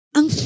Ang